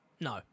No